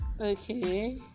Okay